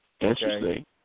Interesting